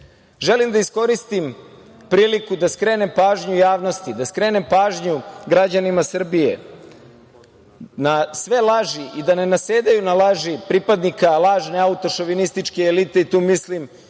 da iskoristim priliku da skrenem pažnju javnosti, da skrenem pažnju građani Srbije na sve laži i da ne nasedaju na laži pripadnika lažne autošovinističke elite, tu mislim